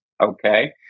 Okay